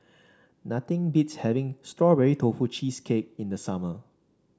nothing beats having Strawberry Tofu Cheesecake in the summer